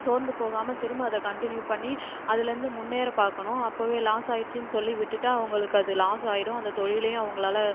சோர்ந்து போகாமல் திரும்ப அதை கண்டினியூ பண்ணி அதிலேருந்து முன்னேற பார்க்கணும் அப்பவே லாஸ் ஆகிடுச்சின்னு சொல்லி விட்டுட்டா அவங்களுக்கு அது லாஸ் ஆகிடும் அந்தத் தொழிலையும் அவங்களால